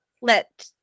let